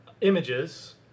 images